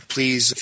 Please